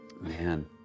Man